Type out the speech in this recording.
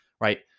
right